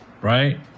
right